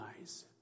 eyes